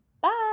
Bye